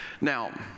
Now